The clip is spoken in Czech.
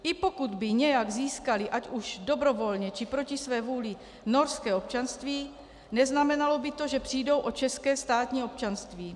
I pokud by nějak získali ať už dobrovolně, či proti své vůli norské občanství, neznamenalo by to, že přijdou o české státní občanství.